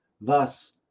Thus